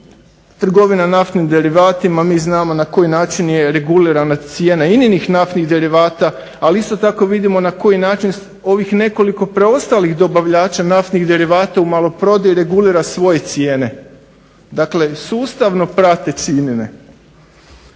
Trgovina naftnim derivatima mi znamo na koji način je regulirana cijena INA-nih naftnih derivata, ali isto tako vidimo ovih nekoliko preostalih dobavljača naftnih derivata u maloprodaji regulira svoje cijene. Dakle sustavno prateći INA-ne.